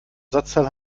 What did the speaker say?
ersatzteil